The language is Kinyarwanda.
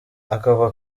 akava